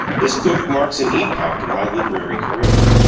this book marks an epoch in my literary career.